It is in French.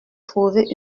trouver